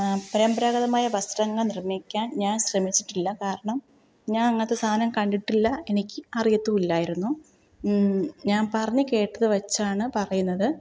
പരമ്പരാഗതമായ വസ്ത്രങ്ങൾ നിർമ്മിക്കാൻ ഞാൻ ശ്രമിച്ചിട്ടില്ല കാരണം ഞാൻ അങ്ങനത്തെ സാധനം കണ്ടിട്ടില്ല എനിക്ക് അറിയത്തും ഇല്ലായിരുന്നു ഞാൻ പറഞ്ഞത് കേട്ടതു വച്ചാണ് പറയുന്നത്